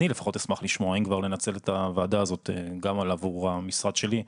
אני לפחות אשמח לשמוע האם כבר לנצל את הוועדה הזאת גם עבור המשרד שלי,